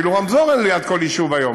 אפילו רמזור אין ליד כל יישוב היום,